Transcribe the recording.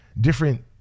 different